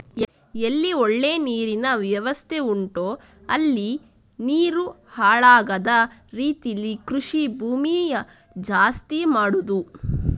ಎಲ್ಲಿ ಒಳ್ಳೆ ನೀರಿನ ವ್ಯವಸ್ಥೆ ಉಂಟೋ ಅಲ್ಲಿ ನೀರು ಹಾಳಾಗದ ರೀತೀಲಿ ಕೃಷಿ ಭೂಮಿ ಜಾಸ್ತಿ ಮಾಡುದು